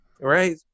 right